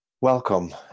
welcome